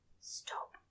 stop